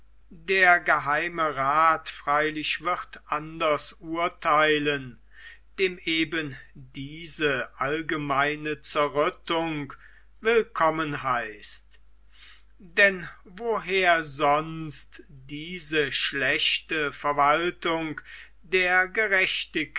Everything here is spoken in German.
der geheime rath freilich wird anders urtheilen dem eben diese allgemeine zerrüttung willkommen heißt denn woher sonst diese schlechte verwaltung der